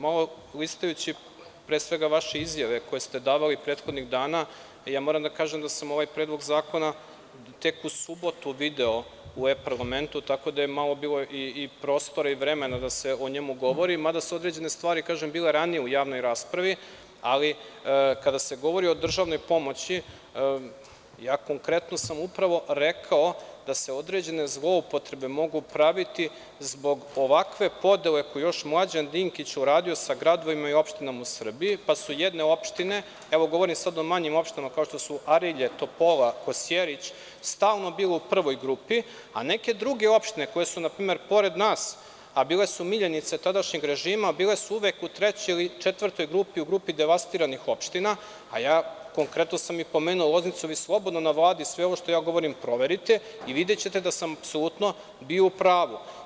Malo listajući, pre svega vaše izjave koje ste davali prethodnih dana, moram da kažem da sam ovaj Predlog zakona tek u subotu video u e-parlamentu, tako da je malo bilo i prostora i vremena da se o njemu govori, mada su određene stvari, kažem, bile ranije u javnoj raspravi, ali kada se govori o državnoj pomoći, konkretno sam upravo rekao da se određene zloupotrebe mogu praviti zbog ovakve podele koju je još Mlađan Dinkić uradio sa gradovima i opštinama u Srbiji, pa su jedne opštine, evo, govorim sada o manjim opštinama kao što su Arilje, Topola, Kosjerić, stalno bile u prvoj grupi, a neke druge opštine koje su npr. pored nas, a bile su miljenice tadašnjeg režima, bile su uvek u trećoj ili četvrtoj grupi, u grupi devastiranih opština, a ja konkretno sam i pomenuo Loznicu, vi slobodno na Vladi sve ovo što ja govorim proverite i videćete da sam apsolutno bio u pravu.